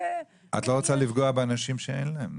--- את לא רוצה לפגוע באנשים שאין להם,